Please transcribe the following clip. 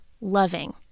loving